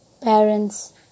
parents